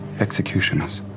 executioners.